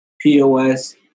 POS –